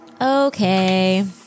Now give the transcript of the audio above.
Okay